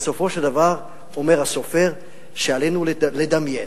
בסופו של דבר אומר הסופר שעלינו לדמיין